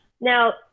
Now